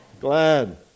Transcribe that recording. Glad